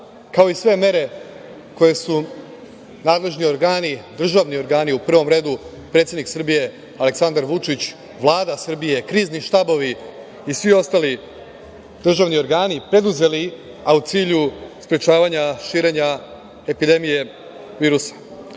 kao i sve mere koje su nadležni organi, državni organi u prvom redu, predsednik Srbije Aleksandar Vučić, Vlada Srbije, krizi štabovi i svi ostali državni organi preduzeli, a u cilju sprečavanja širenja epidemije virusa. Ono